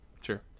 Sure